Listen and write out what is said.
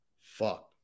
Fuck